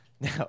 no